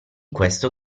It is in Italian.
questo